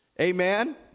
Amen